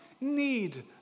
need